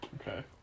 Okay